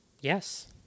Yes